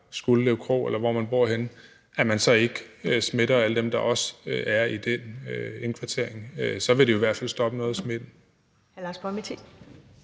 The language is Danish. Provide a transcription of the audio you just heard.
eller Skuldelev Kro, eller hvor man bor, smitter alle dem, der også er i den indkvartering, så vil det i hvert fald stoppe noget af